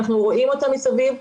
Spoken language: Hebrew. ואנחנו רואים אותם מסביב,